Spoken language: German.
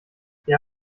wir